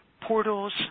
portals